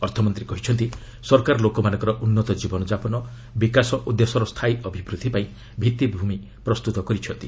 ଅର୍ଥମନ୍ତୀ କହିଛନ୍ତି ସରକାର ଲୋକମାନଙ୍କର ଉନ୍ନତ ଜୀବନ ଯାପନ ବିକାଶ ଓ ଦେଶର ସ୍ଥାୟୀ ଅଭିବୃଦ୍ଧି ପାଇଁ ଭିଭିଭୂମି ପ୍ରସ୍ତୁତ କରିଛନ୍ତି